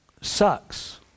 sucks